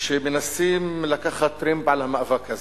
שמנסים לקחת טרמפ על המאבק הזה.